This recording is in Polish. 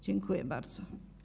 Dziękuję bardzo.